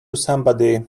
somebody